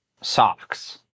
socks